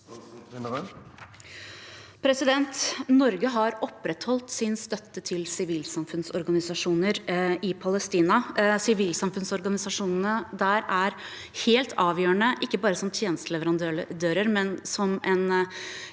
Norge har opprettholdt sin støtte til sivil- samfunnsorganisasjoner i Palestina. Sivilsamfunnsorganisasjonene der er helt avgjørende ikke bare som tjenesteleverandører, men som en